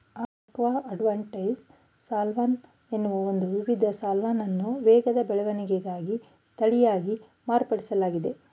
aqua advantage salmon ಎನ್ನುವ ಒಂದು ವಿಧದ ಸಾಲ್ಮನನ್ನು ವೇಗದ ಬೆಳವಣಿಗೆಗಾಗಿ ತಳೀಯವಾಗಿ ಮಾರ್ಪಡಿಸ್ಲಾಗಿದೆ